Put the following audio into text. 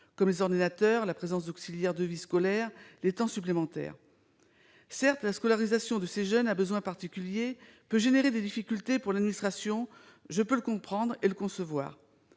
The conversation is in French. comme des ordinateurs, la présence d'auxiliaires de vie scolaire ou du temps supplémentaire. Certes, la scolarisation de ces jeunes aux besoins particuliers peut entraîner des difficultés pour l'administration ; je puis le concevoir.